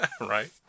Right